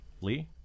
Lee